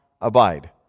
abide